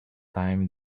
time